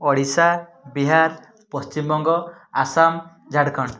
Odisha Bihar Paschimbanga Assam Jharkhand